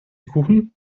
kuchen